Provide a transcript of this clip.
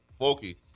Folky